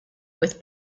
with